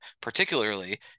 particularly